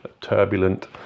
turbulent